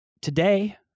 today